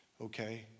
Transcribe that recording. Okay